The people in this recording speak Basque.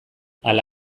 ala